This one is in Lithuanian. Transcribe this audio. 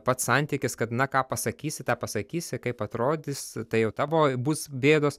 pats santykis kad na ką pasakysi tą pasakysi kaip atrodys tai jau tavo bus bėdos